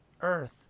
earth